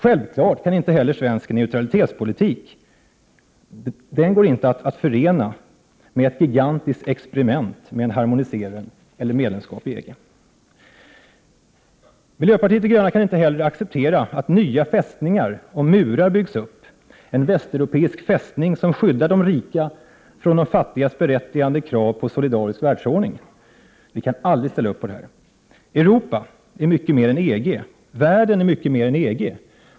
Självfallet går det inte att förena svensk neutralitetspolitik med ett gigantiskt experiment med en harmonisering eller medlemskap i EG. Miljöpartiet de gröna kan inte heller acceptera att nya fästningar och murar byggs. Vi kan inte acceptera en västeuropeisk fästning som skyddar de rika från de fattigas berättigade krav på en solidarisk världsordning. Vi kan aldrig stödja detta! Europa är mycket mer än EG! Världen är mycket mer än EG!